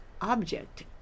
object